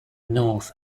north